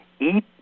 eat